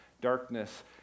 darkness